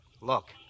look